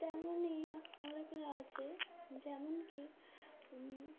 তেমনই আমার আছে যেমন কি